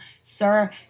Sir